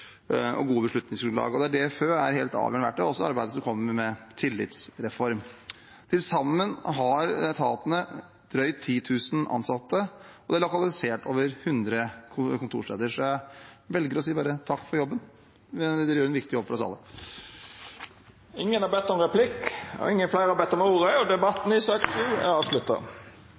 og gode beslutningsgrunnlag. DFØ er også et helt avgjørende verktøy for det arbeidet som kommer med tillitsreform. Til sammen har etatene drøyt 10 000 ansatte, og de er lokalisert på over 100 kontorsteder. Jeg velger å si: Takk for jobben, dere gjør en viktig jobb for oss alle! Fleire har ikkje bedt om ordet til sak nr. 7. Etter ynskje frå finanskomiteen vil presidenten ordna debatten